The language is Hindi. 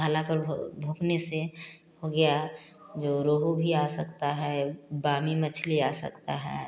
भाला पर भोंकने से हो गया जो रोहु भी आ सकता हैं बामी मछली आ सकता हैं